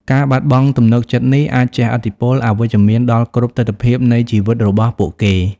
ការបាត់បង់ទំនុកចិត្តនេះអាចជះឥទ្ធិពលអវិជ្ជមានដល់គ្រប់ទិដ្ឋភាពនៃជីវិតរបស់ពួកគេ។